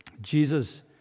Jesus